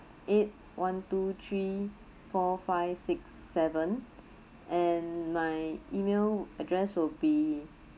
eight one two three four five six seven and my email address will be